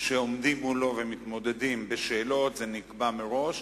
עומדים מולו ומתמודדים בשאלות כפי שנקבע מראש,